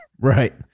Right